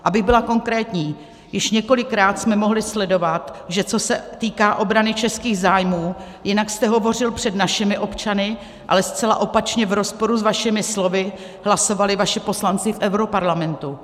Abych byla konkrétní, již několikrát jsme mohli sledovat, že co se týká obrany českých zájmů, jinak jste hovořil před našimi občany, ale zcela opačně, v rozporu s vašimi slovy, hlasovali vaši poslanci v europarlamentu.